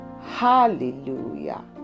hallelujah